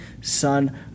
Son